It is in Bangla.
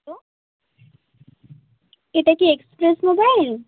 হ্যালো এটা কি এক্সপ্রেস মোবাইল